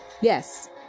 yes